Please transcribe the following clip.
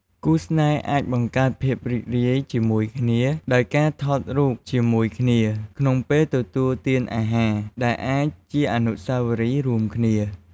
គូស្នេហ៍អាចបង្កើតភាពរីករាយជាមួយ ដោយការថតរូបជាមួយគ្នាក្នុងពេលទទួលទានអាហារ ដែលអាចជាអនុស្សាវរីយ៍រួមគ្នា។